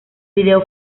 vídeo